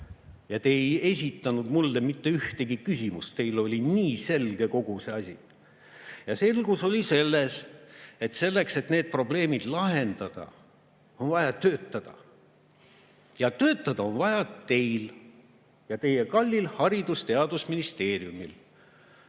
Te ei esitanud mulle mitte ühtegi küsimust, teile oli nii selge kogu see asi. Selge oli see, et selleks, et neid probleeme lahendada, on vaja töötada ja töötada on vaja teil ning teie kallil Haridus‑ ja Teadusministeeriumil.